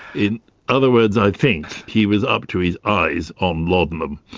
in other words, i think he was up to his eyes on laudanum.